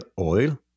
oil